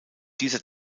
dieser